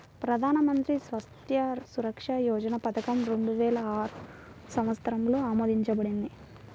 ప్రధాన్ మంత్రి స్వాస్థ్య సురక్ష యోజన పథకం రెండు వేల ఆరు సంవత్సరంలో ఆమోదించబడింది